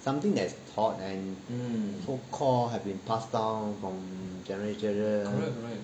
something that's taught and so called have been passed down from generations to generations